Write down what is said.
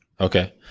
Okay